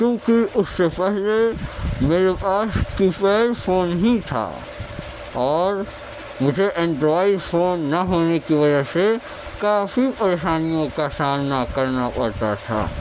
کیونکہ اس سے پہلے میرے پاس کی پیڈ فون ہی تھا اور مجھے انڈورائڈ فون نہ ہونے کی وجہ سے کافی پریشانیوں کا سامنا کرنا پڑتا تھا